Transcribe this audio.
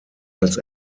als